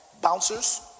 bouncers